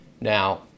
Now